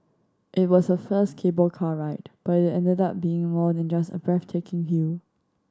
it was her first cable car ride but it ended up being more than just a breathtaking view